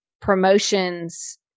promotions